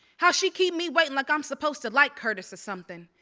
how she keep me waitin' like i'm supposed to like curtis or something,